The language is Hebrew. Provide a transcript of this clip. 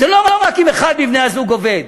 זה לא רק אם אחד מבני-הזוג עובד,